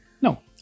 No